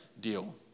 deal